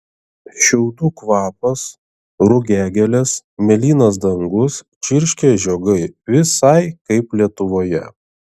šiaudų kvapas rugiagėlės mėlynas dangus čirškia žiogai visai kaip lietuvoje